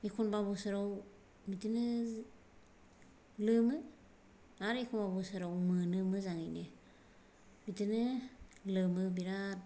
एखनबा बोसोराव बिदिनो लोमो आरो एखनबा बोसोराव मोनो मोजाङैनो बिदिनो लोमो बिरात